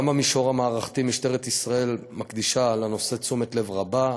גם במישור המערכתי משטרת ישראל מקדישה לנושא תשומת לב רבה.